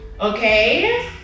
Okay